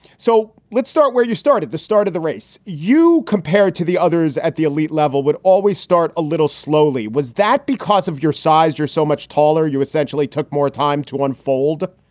so let's start where you started the start of the race. you, compared to the others at the elite level, would always start a little slowly. was that because of your size? you're so much taller, you essentially took more time to unfold?